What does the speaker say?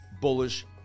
bullish